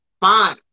fine